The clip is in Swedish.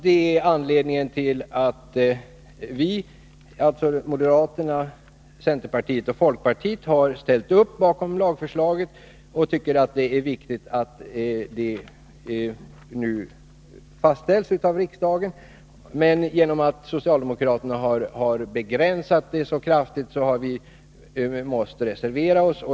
Det är anledningen till att moderaterna, centerpartiet och folkpartiet har ställt upp bakom lagförslaget, och vi tycker att det är viktigt att det nu fastställs av riksdagen. Men genom att socialdemokraterna har begränsat det så kraftigt har vi måst reservera OSS.